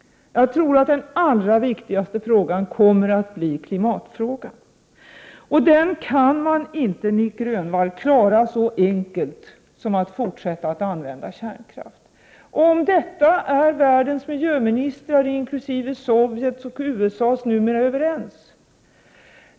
Jag tror att den allra viktigaste frågan kommer att bli klimatfrågan. Den frågan kan man inte, Nic Grönvall, lösa på ett så enkelt sätt som genom att fortsätta att använda kärnkraft. Om detta är numera världens miljöministrar inkl. Sovjets och USA:s överens.